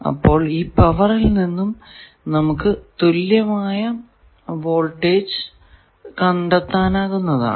അപ്പോൾ ഈ പവറിൽ നിന്നും നമുക്ക് തുല്യമായ വോൾടേജ് കണ്ടെത്താനാകുന്നതാണ്